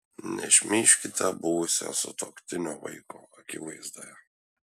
nešmeižkite buvusio sutuoktinio vaiko akivaizdoje